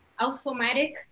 automatic